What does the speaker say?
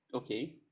okay